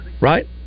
Right